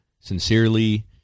sincerely